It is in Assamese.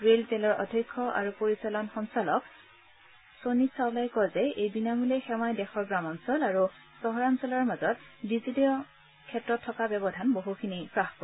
ৰেল টেলৰ অধ্যক্ষ আৰু পৰিচালনা সঞ্চালক শোণিত চাওলাই কয় যে এই বিনামূলীয়া সেৱাই দেশৰ গ্ৰামাঞল আৰু চহৰাঞলৰ মাজত ডিজিটেল ক্ষেত্ৰত থকা ব্যৱধান বহুখিনি হ্ৰাস কৰিব